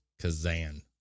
Kazan